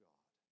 God